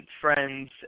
friends